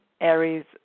Aries